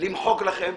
למחוק לכם?